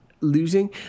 losing